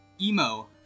emo-